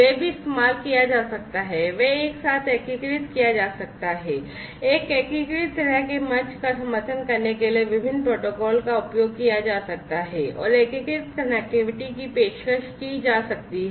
वे भी इस्तेमाल किया जा सकता है वे एक साथ एकीकृत किया जा सकता है एक एकीकृत तरह के मंच का समर्थन करने के लिए विभिन्न प्रोटोकॉल का उपयोग किया जा सकता है और एकीकृत कनेक्टिविटी की पेशकश की जा सकती है